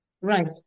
Right